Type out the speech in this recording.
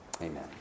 Amen